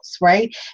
right